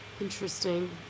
Interesting